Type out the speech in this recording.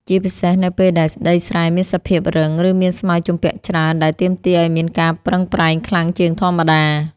ជាពិសេសនៅពេលដែលដីស្រែមានសភាពរឹង ឬមានស្មៅជំពាក់ច្រើនដែលទាមទារឱ្យមានការប្រឹងប្រែងខ្លាំងជាងធម្មតា។